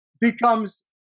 becomes